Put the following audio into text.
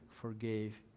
forgave